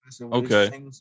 Okay